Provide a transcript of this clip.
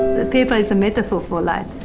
paper is a metaphor for life.